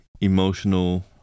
emotional